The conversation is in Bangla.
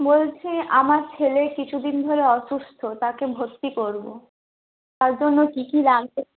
বলছি আমার ছেলে কিছুদিন ধরে অসুস্থ তাকে ভর্তি করব তার জন্য কী কী লাগবে